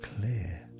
clear